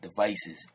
devices